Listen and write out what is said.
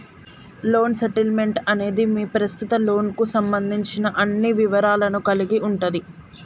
loan statement అనేది మీ ప్రస్తుత లోన్కు సంబంధించిన అన్ని వివరాలను కలిగి ఉంటది